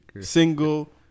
single